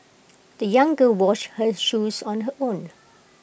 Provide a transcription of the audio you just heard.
the young girl washed her shoes on her own